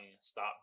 Stop